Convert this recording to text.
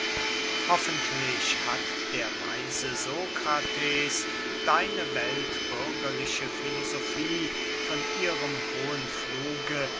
hoffentlich hat der weise sokrates deine weltbürgerliche filosofie von ihrem hohen fluge